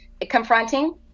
confronting